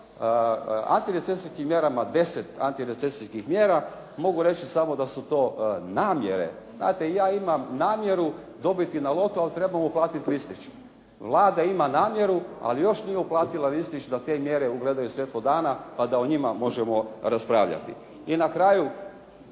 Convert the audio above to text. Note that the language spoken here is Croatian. antirecesijskim mjerama, 10 antirecesijskih mjera mogu reći samo da su to namjere. Znate i ja imam namjeru dobiti na lotu, ali trebam uplatiti listić. Vlada ima namjeru, ali još nije uplatila listić da te mjere ugledaju svjetlo dana pa da o njima možemo raspravljati. I na kraju